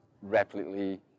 rapidly